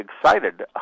excited